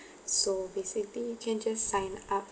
so basically you can just sign up